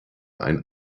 ein